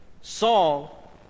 Saul